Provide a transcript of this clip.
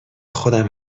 خودم